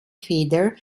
feeder